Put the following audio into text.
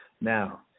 Now